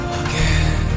again